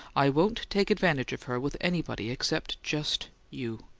i won't take advantage of her with anybody, except just you!